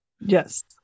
Yes